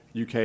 UK